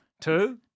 Two